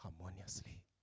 harmoniously